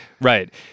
Right